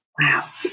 wow